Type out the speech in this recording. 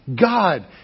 God